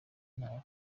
ntara